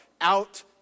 out